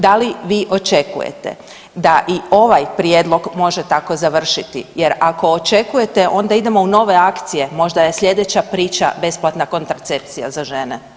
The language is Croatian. Da li vi očekujete da i ovaj prijedlog može tako završiti jer ako očekujete onda idemo u nove akcije, možda je sljedeća priča besplatna kontracepcija za žene.